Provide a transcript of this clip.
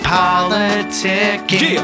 politicking